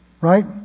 right